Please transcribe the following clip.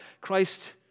Christ